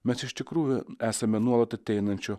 mes iš tikrųjų esame nuolat ateinančio